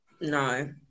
no